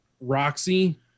Roxy